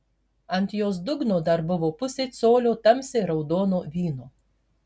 ant jos dugno dar buvo pusė colio tamsiai raudono vyno